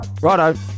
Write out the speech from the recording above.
Righto